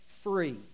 free